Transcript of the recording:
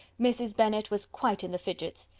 mrs. bennet was quite in the fidgets.